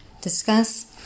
Discuss